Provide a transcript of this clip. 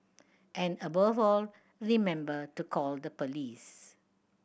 and above all remember to call the police